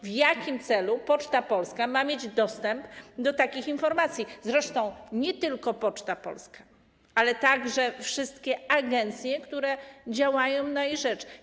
W jakim celu Poczta Polska ma mieć dostęp do takich informacji, zresztą nie tylko Poczta Polska, ale także wszystkie agencje, które działają na jej rzecz?